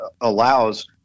allows